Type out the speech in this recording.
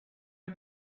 you